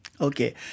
Okay